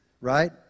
right